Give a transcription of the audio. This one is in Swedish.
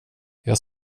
jag